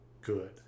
good